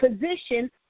position